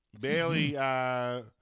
Bailey